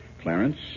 Clarence